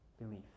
belief